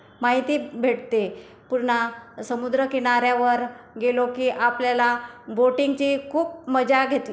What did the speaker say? माहिती भेटते पुन्ना समुद्रकिनाऱ्यावर गेलो की आपल्याला बोटिंगची खूप मजा घेत